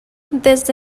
desde